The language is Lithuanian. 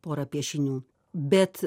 pora piešinių bet